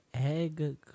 egg